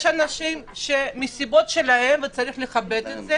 יש אנשים שמסיבות שלהם, ויש לכבד את זה